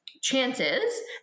chances